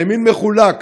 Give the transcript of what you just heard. הימין מחולק.